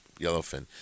yellowfin